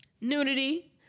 nudity